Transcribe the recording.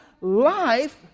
life